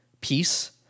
peace